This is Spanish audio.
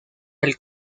del